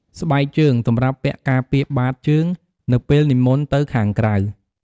ស្បែកជើង សម្រាប់ពាក់ការពារបាតជើងនៅពេលនិមន្តទៅខាងក្រៅ។